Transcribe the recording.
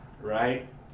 Right